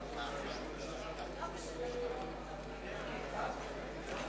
אני קובע שהצעת החוק לא עברה.